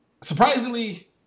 Surprisingly